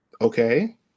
okay